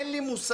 אין לי מושג.